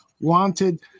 wanted